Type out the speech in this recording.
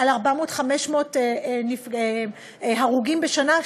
על 400 500 הרוגים בשנה,